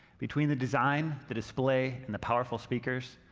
between the design, the display, and the powerful speakers,